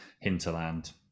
hinterland